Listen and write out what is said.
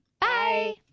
Bye